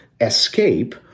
escape